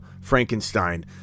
Frankenstein